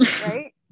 right